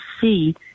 see